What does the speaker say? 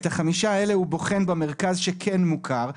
את חמשת הכלבים האלה הוא בוחן במרכז שכן מוכר,